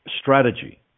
strategy